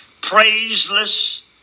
praiseless